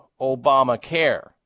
Obamacare